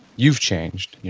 you've changed.